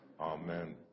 Amen